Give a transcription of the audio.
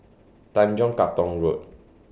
Tanjong Katong Road